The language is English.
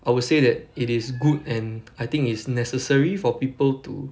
I would say that it is good and I think it's necessary for people to